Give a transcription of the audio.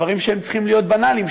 דברים שצריכים להיות בנאליים,